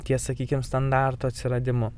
ties sakykim standarto atsiradimo